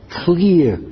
clear